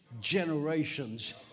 generations